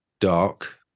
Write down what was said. dark